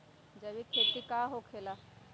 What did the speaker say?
जैविक खेती का होखे ला?